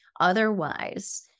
Otherwise